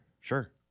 sure